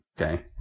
okay